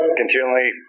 continually